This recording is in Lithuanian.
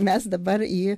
mes dabar jį